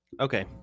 Okay